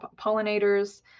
pollinators